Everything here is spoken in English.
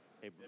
Hey